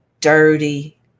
dirty